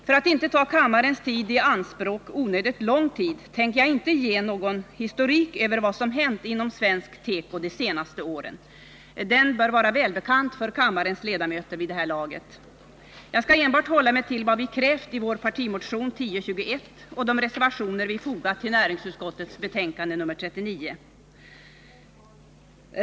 För att inte ta kammarens tid i anspråk onödigt lång tid tänker jag inte ge någon historik över vad som hänt inom svensk tekoindustri de senaste åren. Den bör vara välbekant för kammarens ledamöter vid det här laget. Jag skall enbart hålla mig till vad vi krävt i vår partimotion 1021 ochi de reservationer vi fogat till näringsutskottets betänkande 39.